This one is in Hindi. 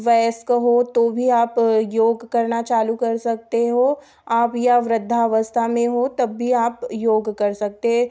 वयस्क हो तो भी आप योग करना चालू कर सकते हो आप या वृद्धावस्था में हो तब भी आप योग कर सकते हैं